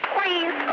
Please